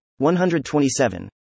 127